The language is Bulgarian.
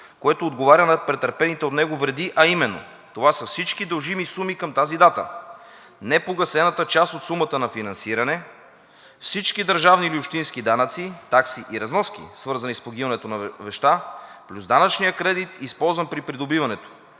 което отговаря на претърпените от него вреди, а именно: това са всички дължими суми към тази дата, непогасената част от сумата на финансиране, всички държавни или общински данъци, такси и разноски, свързани с погиването на вещта, плюс данъчния кредит, използван при придобиването.“